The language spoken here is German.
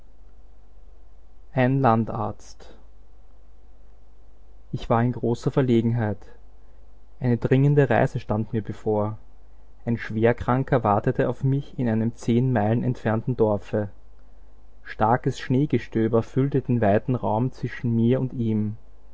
landarzt ich war in großer verlegenheit eine dringende reise stand mir bevor ein schwerkranker wartete auf mich in einem zehn meilen entfernten dorfe starkes schneegestöber füllte den weiten raum zwischen mir und ihm